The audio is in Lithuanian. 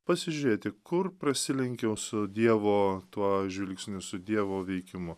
pasižiūėti kur prasilenkiau su dievo tuo žvilgsniu su dievu veikimu